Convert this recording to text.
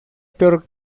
peor